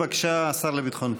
בבקשה, השר לביטחון פנים.